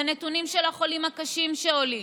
לנתונים של החולים הקשים שעולים,